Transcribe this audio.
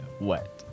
wet